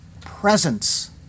presence